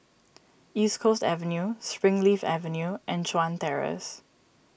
East Coast Avenue Springleaf Avenue and Chuan Terrace